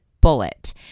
bullet